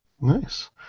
Nice